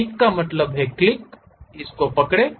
pick का मतलब click इसे पकड़ो